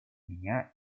меня